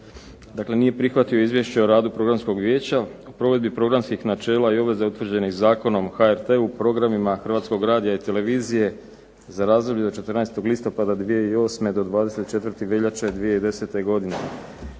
dakle nije prihvatio izvješće o radu Programskog vijeća o provedbi programskih načela i obveza utvrđenih Zakona o HRT-u, programima Hrvatskog radija i televizije za razdoblje od 14. listopada 2008. do 24. veljače 2010. godine,